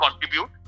contribute